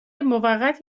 موقت